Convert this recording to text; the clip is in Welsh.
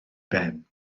ben